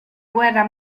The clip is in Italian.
guerra